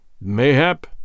Mayhap